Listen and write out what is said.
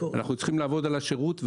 אנחנו צריכים לעבוד על השירות.